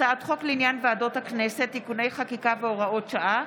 הצעת חוק לעניין ועדות הכנסת (תיקוני חקיקה והוראות שעה)